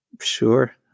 Sure